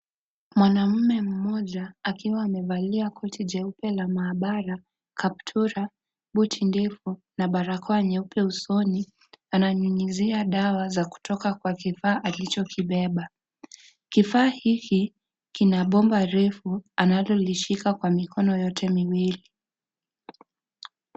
Mwanaume mmoja akiwa mevali koti jeupe la maabara , kaptura, buti ndefu na barakoa nyeupe usoni, ananyunyuzia dawa za kutoka Kwa kifaa alichokibeba . Kifaa hiki kina bomba refu analokishika Kwa mikono yote miwili.